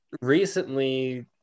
recently